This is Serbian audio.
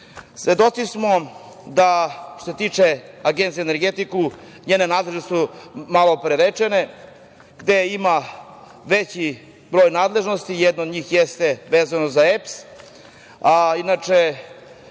smo da što se tiče Agencije za energetiku, njene nadležnosti su malopre rečene, gde ima veći broj nadležnosti. Jedna od njih jeste vezano za EPS. Inače